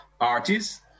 artists